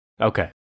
Okay